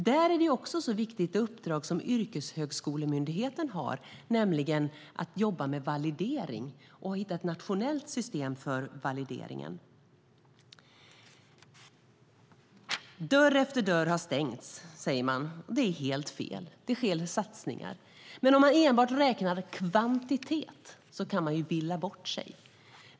Där är det också viktigt med det uppdrag som Yrkeshögskolemyndigheten har, nämligen att jobba med validering och hitta ett nationellt system för valideringen. Dörr efter dörr har stängts, säger man. Det är helt fel. Det sker satsningar. Men om man enbart räknar kvantitet kan man villa bort sig.